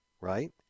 Right